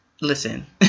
Listen